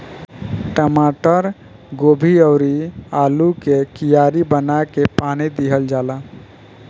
टमाटर, गोभी अउरी आलू के कियारी बना के पानी दिहल जाला